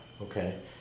Okay